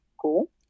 cool